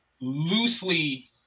loosely